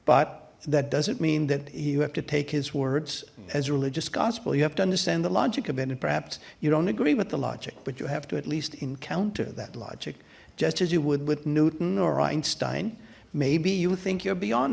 but that doesn't mean that you have to take his words as a religious gospel you have to understand the logic of it and perhaps you don't agree with the logic but you have to at least encounter that logic just as you would with newton or einstein maybe you think you're beyond